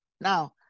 now